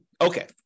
Okay